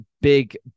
big